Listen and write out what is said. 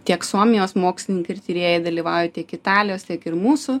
tiek suomijos mokslininkai ir tyrėjai dalyvauja tiek italijos tiek ir mūsų